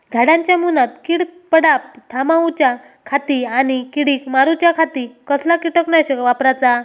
झाडांच्या मूनात कीड पडाप थामाउच्या खाती आणि किडीक मारूच्याखाती कसला किटकनाशक वापराचा?